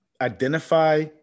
identify